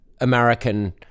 American